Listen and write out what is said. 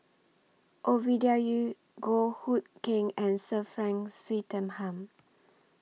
Ovidia Yu Goh Hood Keng and Sir Frank Swettenham